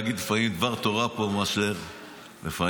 לפעמים עדיף כבר להגיד דבר תורה פה מאשר לענות.